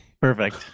Perfect